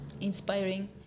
inspiring